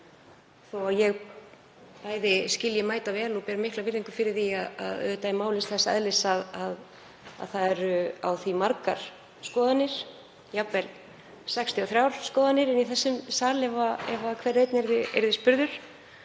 þó að ég skilji mætavel og beri mikla virðingu fyrir því að auðvitað er málið þess eðlis að fólk hefur á því margar skoðanir, jafnvel 63 skoðanir í þessum sal ef hver og einn yrði spurður.